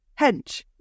Hench